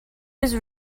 his